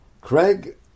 Craig